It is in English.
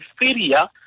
inferior